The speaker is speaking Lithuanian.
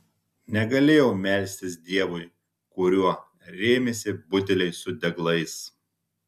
negalėjau melstis dievui kuriuo rėmėsi budeliai su deglais